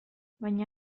baina